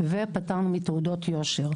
ופטרנו מתעודת יושר.